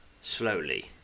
Slowly